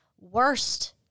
worst